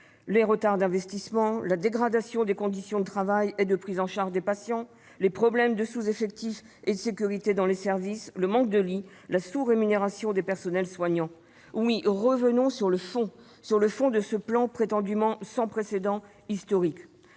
les retards d'investissement, la dégradation des conditions de travail et de prise en charge des patients, les sous-effectifs et les problèmes de sécurité dans les services, le manque de lits, la sous-rémunération des personnels soignants ... Oui, revenons-en au fond de ce plan prétendument « sans précédent »,« historique